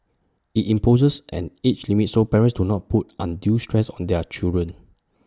IT imposes an age limit so parents do not put undue stress on their children